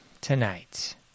tonight